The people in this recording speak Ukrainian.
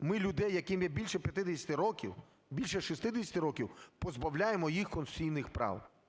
ми людей, яким більше 50 років, більше 60 років, позбавляємо їх конституційних прав?